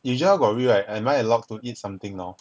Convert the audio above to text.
you just now got read right am I allowed to eat something now